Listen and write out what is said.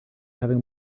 having